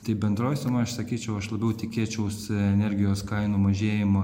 tai bendroj sumoj aš sakyčiau aš labiau tikėčiausi energijos kainų mažėjimo